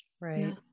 right